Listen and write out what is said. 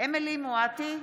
אמילי חיה מואטי,